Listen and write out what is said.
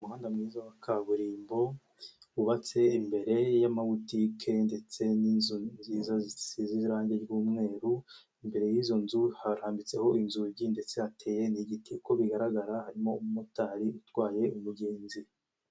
Umuhanda mwiza wa kaburimbo wubatse imbere y'amabutike ndetse n'inzu nziza zisize irangi ry'umweru imbere y'izo nzu harambitseho inzugi ndetse hateye n'igiti uko bigaragara harimo umumotari utwaye umugenzi.